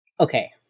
Okay